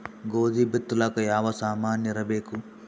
ಗೋಧಿ ಬಿತ್ತಲಾಕ ಯಾವ ಸಾಮಾನಿರಬೇಕು?